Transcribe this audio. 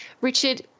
Richard